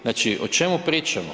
Znači, o čemu pričamo?